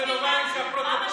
פינדרוס,